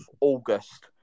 August